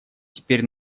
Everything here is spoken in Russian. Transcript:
теперь